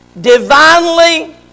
divinely